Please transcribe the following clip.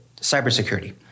cybersecurity